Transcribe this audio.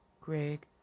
Greg